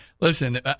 listen